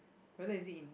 whether is it in